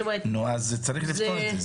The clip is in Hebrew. אז צריך לפתור את זה.